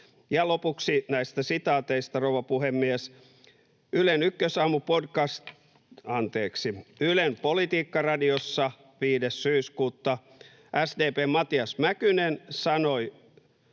Lopuksi näistä sitaateista, rouva puhemies: Ylen Politiikkaradiossa 5. syyskuuta SDP:n Matias Mäkynen sanoi